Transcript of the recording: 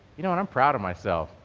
you know and i'm proud of myself.